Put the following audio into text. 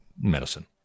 medicine